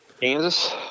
Kansas